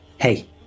Hey